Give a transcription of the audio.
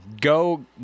go